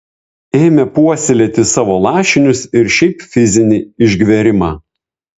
ėmė puoselėti savo lašinius ir šiaip fizinį išgverimą